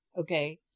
Okay